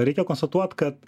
reikia konstatuot kad